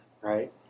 right